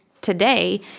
today